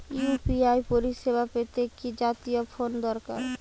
UPI পরিসেবা পেতে কি জাতীয় ফোন দরকার?